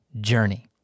journey